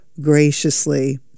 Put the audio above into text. graciously